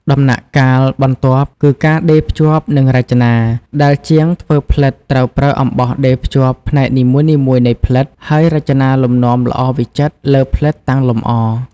ដំណាក់កាលបន្ទាប់គឺ ការដេរភ្ជាប់និងរចនា ដែលជាងធ្វើផ្លិតត្រូវប្រើអំបោះដេរភ្ជាប់ផ្នែកនីមួយៗនៃផ្លិត ហើយរចនាលំនាំល្អវិចិត្រលើផ្លិតតាំងលម្អ។